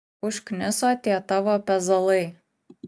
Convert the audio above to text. užkniso tie tavo pezalai